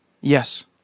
Yes